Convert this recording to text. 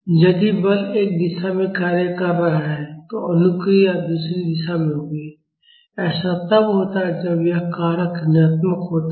यदि बल एक दिशा में कार्य कर रहा है तो अनुक्रिया दूसरी दिशा में होगी ऐसा तब होता है जब यह कारक ऋणात्मक होता है